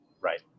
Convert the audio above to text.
right